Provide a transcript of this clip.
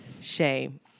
Shame